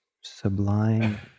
sublime